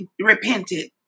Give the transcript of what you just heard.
repented